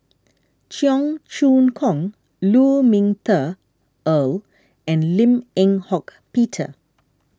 Cheong Choong Kong Lu Ming Teh Earl and Lim Eng Hock Peter